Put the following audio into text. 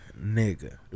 Nigga